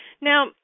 Now